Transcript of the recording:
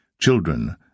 children